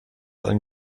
ein